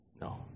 No